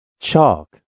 Chalk